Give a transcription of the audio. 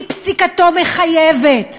כי פסיקתו מחייבת,